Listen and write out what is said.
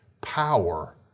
power